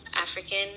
african